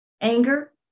anger